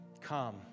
Come